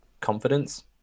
confidence